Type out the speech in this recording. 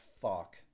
fuck